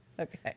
Okay